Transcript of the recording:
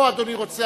או אדוני רוצה,